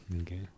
Okay